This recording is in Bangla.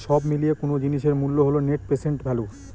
সব মিলিয়ে কোনো জিনিসের মূল্য হল নেট প্রেসেন্ট ভ্যালু